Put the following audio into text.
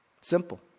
Simple